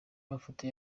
mafoto